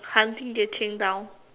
hunting Yue-Qing down